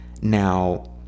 Now